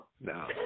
no